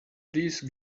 please